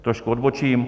Trošku odbočím.